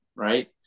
Right